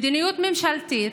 מדיניות ממשלתית,